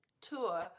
tour